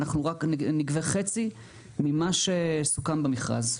אנחנו רק נגבה חצי ממה שסוכם במכרז.